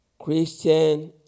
Christian